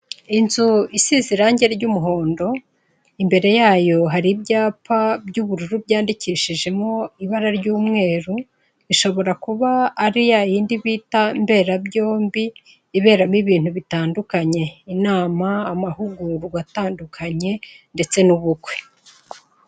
Inzu isize irangi ry'umuhondo imbere yayo hari ibyapa by'ubururu byandikishijemo ibara ry'umweru ishobora kuba ari ya yindi bita mberabyombi iberamo ibintu bitandukanye inama ,amahugurwa atandukanye ndetse n'ubukwe.